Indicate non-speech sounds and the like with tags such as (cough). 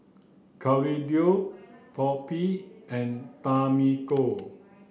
Claudio (unintelligible) and Tamiko